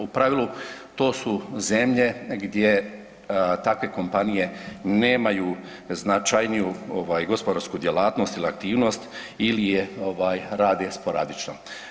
U pravilu to su zemlje gdje takve kompanije nemaju značajniju ovaj gospodarsku djelatnost ili aktivnost ili je ovaj rade sporadično.